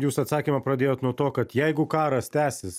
jūs atsakymą pradėjot nuo to kad jeigu karas tęsis